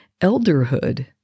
elderhood